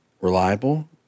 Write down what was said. reliable